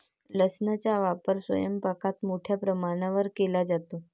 लसणाचा वापर स्वयंपाकात मोठ्या प्रमाणावर केला जातो